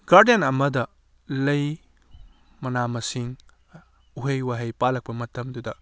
garden ꯑꯃꯗ ꯂꯩ ꯃꯅꯥ ꯃꯁꯤꯡ ꯎꯍꯩ ꯋꯥꯍꯩ ꯄꯥꯜꯂꯛꯄ ꯃꯇꯝ ꯑꯗꯨꯗ